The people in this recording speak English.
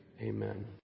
Amen